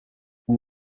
une